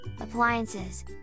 appliances